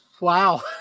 wow